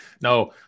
no